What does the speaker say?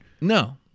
No